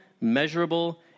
measurable